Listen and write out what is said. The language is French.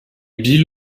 bill